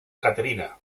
caterina